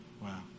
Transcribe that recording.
Wow